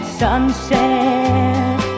sunset